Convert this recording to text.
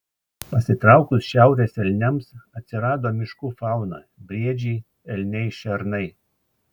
pasitraukus šiaurės elniams atsirado miškų fauna briedžiai elniai šernai